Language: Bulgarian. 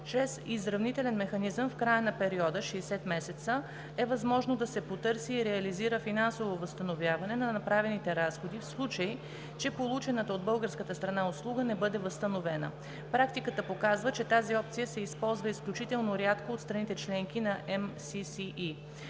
Чрез изравнителен механизъм в края на периода – 60 месеца – е възможно, да се потърси и реализира финансово възстановяване на направените разходи, в случай че получената от българската страна услуга не бъде възстановена. Практиката показва, че тази опция се използва изключително рядко от страните - членки на МССЕ.